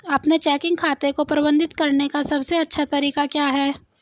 अपने चेकिंग खाते को प्रबंधित करने का सबसे अच्छा तरीका क्या है?